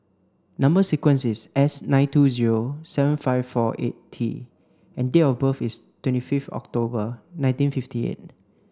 number sequence is S nine two zero seven five four eight T and date of birth is twenty fifth October nineteen fifty eight